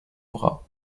bras